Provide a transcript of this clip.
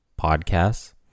Podcasts